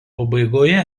pabaigoje